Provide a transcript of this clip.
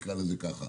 נקרא לזה ככה,